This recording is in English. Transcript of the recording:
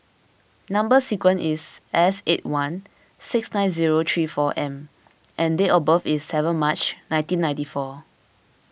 Number Sequence is S eight one six nine zero three four M and date of birth is seven March nineteen ninety four